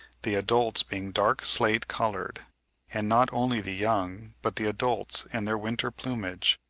the adults being dark slate-coloured and not only the young, but the adults in their winter plumage,